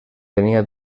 tenia